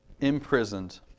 imprisoned